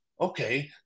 okay